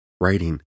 writing